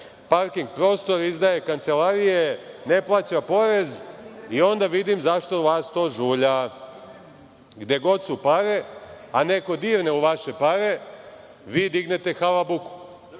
parking prostor, izdaje kancelarije, ne plaća porez i onda vidim zašto vas to žulja. Gde god su pare, a neko dirne u vaše pare, vi dignete halabuku.